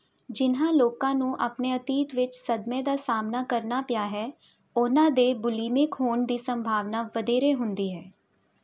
ਜਿਹਨਾਂ ਲੋਕਾਂ ਨੂੰ ਆਪਣੇ ਅਤੀਤ ਵਿੱਚ ਸਦਮੇ ਦਾ ਸਾਹਮਣਾ ਕਰਨਾ ਪਿਆ ਹੈ ਉਹਨਾਂ ਦੇ ਬੁਲੀਮਿਕ ਹੋਣ ਦੀ ਸੰਭਾਵਨਾ ਵਧੇਰੇ ਹੁੰਦੀ ਹੈ